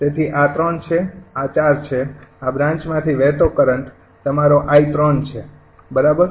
તેથી આ ૩ છે આ ૪ છે આ બ્રાન્ચમાંથી વહેતો કરંટ તમારો 𝐼૩ છે બરાબર